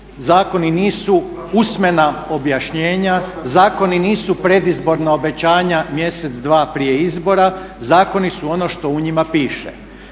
zakoni nisu usmena objašnjenja, zakoni nisu predizborna obećanja mjesec, dva prije izbora zakoni su oni što u njima piše.